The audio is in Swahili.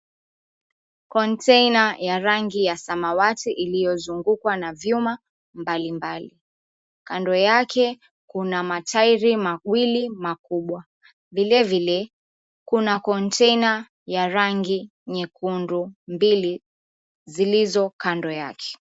Kontaina ya rangi ya samawati iliyozungukwa na vyuma mbalimbali. Kando yake kuna matairi mawili makubwa. Vilevile kuna kontaina ya rangi nyekundu mbili zilizo kando yake.